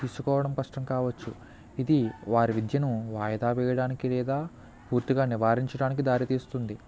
తీసుకోవడం కష్టం కావచ్చు ఇది వారి విద్యను వాయదా వేయడానికి లేదా పూర్తిగా నివారించడానికి దారితీస్తుంది